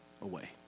away